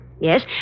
Yes